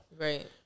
Right